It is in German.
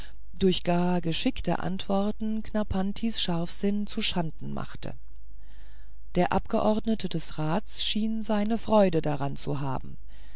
durch gar geschickte antworten knarrpantis scharfsinn zuschanden machte der abgeordnete des rats schien seine freude daran zu haben